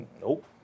nope